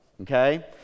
okay